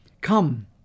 Come